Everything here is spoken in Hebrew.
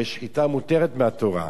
הרי שחיטה מותרת מהתורה,